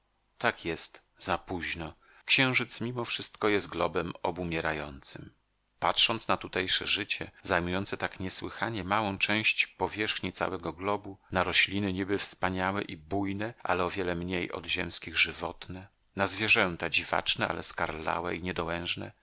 tak jest zapóźno księżyc mimo wszystko jest globem obumierającym patrząc na tutejsze życie zajmujące tak niesłychanie małą część powierzchni całego globu na rośliny niby wspaniałe i bujne ale o wiele mniej od ziemskich żywotne na zwierzęta dziwaczne ale skarlałe i